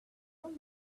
never